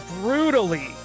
brutally